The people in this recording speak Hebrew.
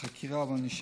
חקירה וענישה.